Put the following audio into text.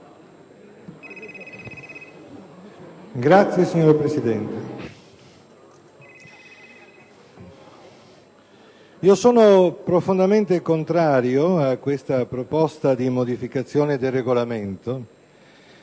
*(PdL)*. Signor Presidente, sono profondamente contrario a questa proposta di modifica del Regolamento